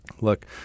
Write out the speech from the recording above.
look